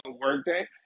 workday